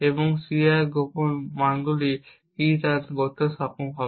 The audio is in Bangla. এবং Ci এর গোপন মানগুলি কী তা অনুমান করতে সক্ষম হবে